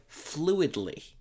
fluidly